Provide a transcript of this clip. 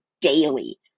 daily